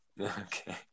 Okay